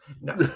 no